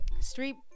street